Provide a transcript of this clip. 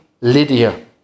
Lydia